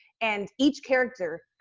and each character,